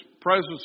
presence